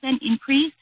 increase